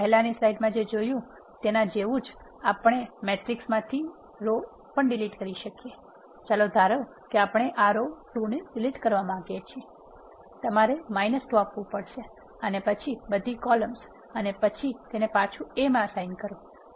આપણે પહેલાની સ્લાઈડમાં જે જોયું છે તેના જેવું જ આપણે મેટ્રિક્સમાંથી રો પણ ડિલીટ કરી શકીએ છીએ ચાલો ધારો કે આપણે આ રો 2 ને ડીલીટ કરી નાખવા માગીએ છીએ તમારે 2 આપવુ પડે અને પછી બધી કોલમ્સ અને પછી તેને પાછુ A માં એસાઇન કરો